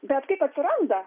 bet kaip atsiranda